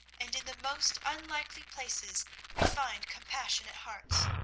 and in the most unlikely places we find compassionate hearts.